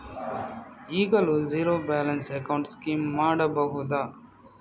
ಈಗಲೂ zero balance account scheme ಮಾಡಬಹುದಾ?